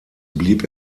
blieb